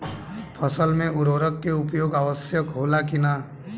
फसल में उर्वरक के उपयोग आवश्यक होला कि न?